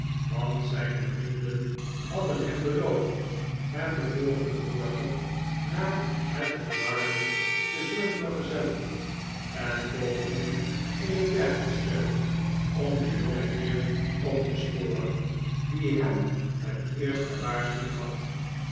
want zijne vrienden hadden hem beloofd hem den volgenden morgen naar hatton garden te zullen vergezellen en pogingen in het werk te stellen om den jongenheer op te sporen die hem het eerst gewaarschuwd had